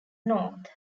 north